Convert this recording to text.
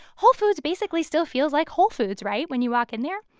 whole foods basically still feels like whole foods right? when you walk in there.